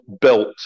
built